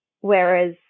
Whereas